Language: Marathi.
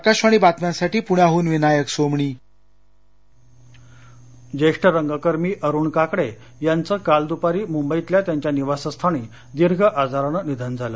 आकाशवाणी बातम्यांसाठी पुण्याहन विनायक सोमणी काकडे निधन ज्येष्ठ रंगकर्मी अरुण काकडे याचं काल द्पारी मुंबईतल्या त्यांच्या निवासस्थानी दीर्घ आजारानं निधन झालं